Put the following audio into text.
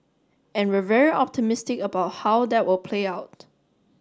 and we're very optimistic about how that will play out